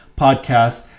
podcast